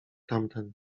tamten